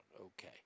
Okay